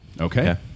Okay